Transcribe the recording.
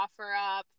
OfferUp